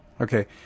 Okay